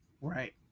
Right